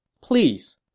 Please